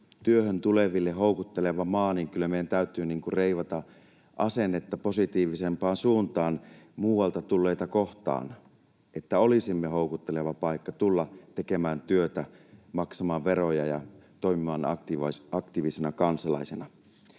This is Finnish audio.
työhön tuleville houkutteleva maa, kyllä meidän täytyy reivata asennetta positiivisempaan suuntaan muualta tulleita kohtaan, että olisimme houkutteleva paikka tulla tekemään työtä, maksamaan veroja ja toimimaan aktiivisina kansalaisina.